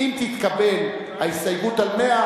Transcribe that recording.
אם תתקבל ההסתייגות על 100,